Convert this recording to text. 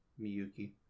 Miyuki